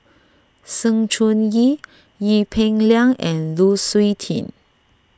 Sng Choon Yee Ee Peng Liang and Lu Suitin